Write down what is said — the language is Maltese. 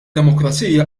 demokrazija